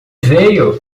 veio